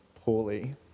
poorly